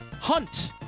Hunt